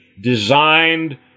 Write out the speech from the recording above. designed